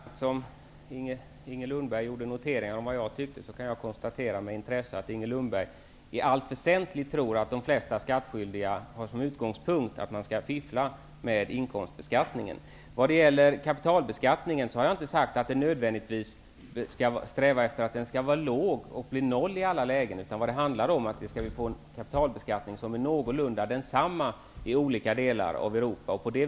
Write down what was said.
Fru talman! Lika väl som Inger Lundberg gör noteringar om vad jag tycker, kan jag med intresse konstatera att Inger Lundberg i allt väsentligt tror att de flesta skattskyldiga som utgångspunkt har att man bör fiffla med inkomstbeskattningen. I vad gäller kapitalbeskattningen har jag inte sagt att man nödvändigtvis skall sträva efter att den skall vara låg och hamna på noll i alla lägen. Det handlar i stället om att få en kapitalbeskattning som är någorlunda lika i olika delar av Europa.